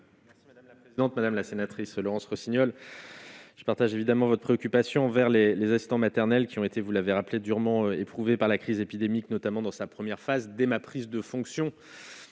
des familles. Non, madame la sénatrice Laurence Rossignol. Je partage évidemment votre préoccupation vers les les assistants maternels qui ont été, vous l'avez rappelé durement éprouvée par la crise épidémique, notamment dans sa première phase dès ma prise de fonction